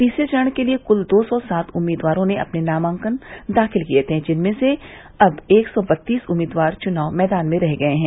तीसरे चरण के लिये कुल दो सौ सात उम्मीदवारों ने अपने नामांकन दाखिल किये थे जिसमें से अब एक सौ बत्तीस उम्मीदवार चुनाव मैदान में रह गये हैं